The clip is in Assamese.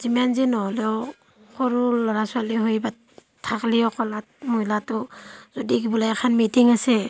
যিমান যি নহ'লেও সৰু ল'ৰা ছোৱালী হৈ থাকিলেও কোলাত মহিলাটো যদি বোলে এখন মিটিং আছে